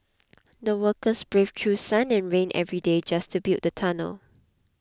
the workers braved through sun and rain every day just to build the tunnel